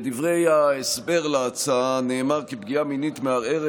בדברי ההסבר להצעה נאמר כי פגיעה מינית מערערת